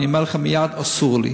אני אומר לך מייד, אסור לי.